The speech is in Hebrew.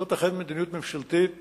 זאת אכן מדיניות ממשלתית